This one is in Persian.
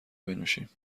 بنوشیم